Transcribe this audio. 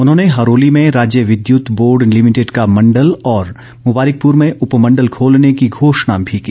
उन्होंने हरोली में राज्य विद्यत बोर्ड लिमिटेड का मंडल और मुबारिकपुर में उपमंडल खोलने की घोषणा भी की